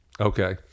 okay